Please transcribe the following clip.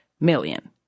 million